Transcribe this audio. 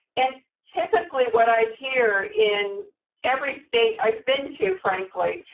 and typically, what i hear in every state i've been to, frankly,